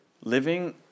Living